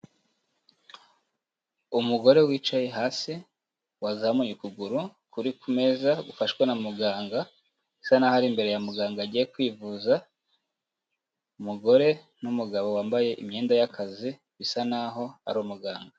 Umugore wicaye hasi, wazamuye ukuguru kuri ku meza gufashshwa na muganga bisa naho ari imbere ya muganga agiye kwivuza, umugore n'umugabo wambaye imyenda y'akazi bisa naho ari umuganga.